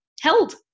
held